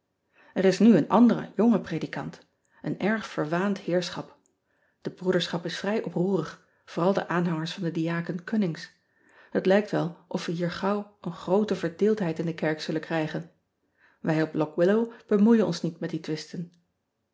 r is nu een andere jonge predikant en erg verwaand heerschap e broederschap is vrij oproerig vooral de aanhangers van den diaken unnings et lijkt wel of we hier gauw een groote verdeeldheid in de kerk zullen krijgen ij op ock illow bemoeien ons niet met die twisten